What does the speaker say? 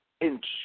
inch